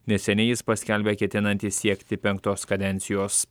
neseniai jis paskelbė ketinantį siekti penktos kadencijos